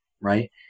right